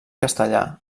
castellà